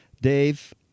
Dave